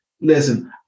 Listen